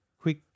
quick